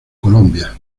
colombia